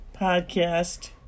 podcast